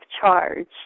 charge